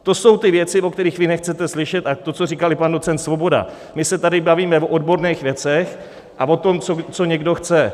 To jsou ty věci, o kterých vy nechcete slyšet, a to, co říkal i pan docent Svoboda: my se tady bavíme o odborných věcech a o tom, co někdo chce.